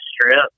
strip